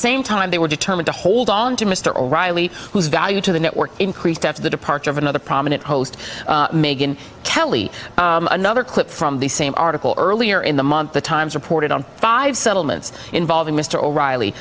same time they were determined to hold on to mr o'reilly whose value to the network increased after the departure of another prominent host megan kelly another clip from the same article earlier in the month the times reported on five settlements involving mr o'reilly